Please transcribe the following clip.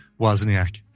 Wozniak